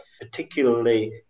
particularly